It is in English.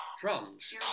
drums